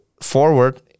forward